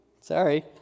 sorry